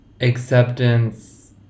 acceptance